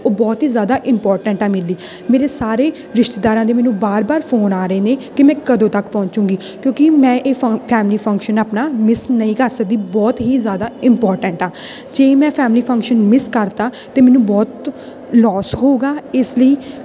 ਉਹ ਬਹੁਤ ਹੀ ਜ਼ਿਆਦਾ ਇੰਮਪੋਰਟੈਂਟ ਆ ਮੇਰੇ ਲਈ ਮੇਰੇ ਸਾਰੇ ਰਿਸ਼ਤੇਦਾਰਾਂ ਦੇ ਮੈਨੂੰ ਬਾਰ ਬਾਰ ਫੋਨ ਆ ਰਹੇ ਨੇ ਕਿ ਮੈਂ ਕਦੋਂ ਤੱਕ ਪਹੁੰਚੇਗੀ ਕਿਉਂਕਿ ਮੈਂ ਇਹ ਫ ਫੈਮਲੀ ਫੰਕਸ਼ਨ ਆਪਣਾ ਮਿਸ ਨਹੀਂ ਕਰ ਸਕਦੀ ਬਹੁਤ ਹੀ ਜ਼ਿਆਦਾ ਇੰਮਪੋਰਟੈਂਟ ਆ ਜੇ ਮੈਂ ਫੈਮਲੀ ਫੰਕਸ਼ਨ ਮਿਸ ਕਰਤਾ ਅਤੇ ਮੈਨੂੰ ਬਹੁਤ ਲੋਸ ਹੋਵੇਗਾ ਇਸ ਲਈ